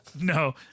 No